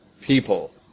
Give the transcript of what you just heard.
People